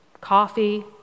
Coffee